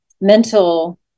mental